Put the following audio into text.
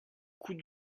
coût